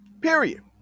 Period